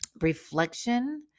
reflection